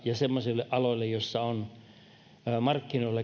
ja semmoisille aloille joissa on markkinoilla